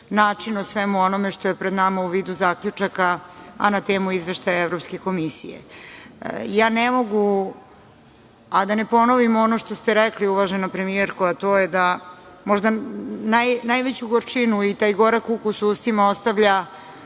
način o svemu onome što je pred nama u vidu zaključaka, a na temu Izveštaja Evropske komisije. Ne mogu, a da ne ponovim ono što ste rekli, uvažena premijerko, a to je da možda najveću gorčinu i taj gorak ukus u ustima ostavlja